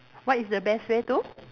what is the best way to